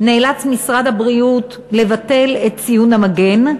נאלץ משרד הבריאות לבטל את ציון המגן,